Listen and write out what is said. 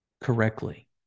correctly